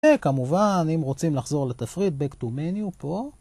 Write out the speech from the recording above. וכמובן אם רוצים לחזור לתפריט back to menu פה.